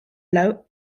low